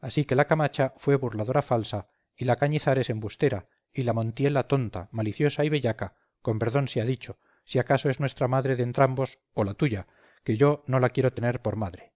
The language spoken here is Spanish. así que la camacha fue burladora falsa y la cañizares embustera y la montiela tonta maliciosa y bellaca con perdón sea dicho si acaso es nuestra madre de entrambos o tuya que yo no la quiero tener por madre